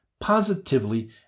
positively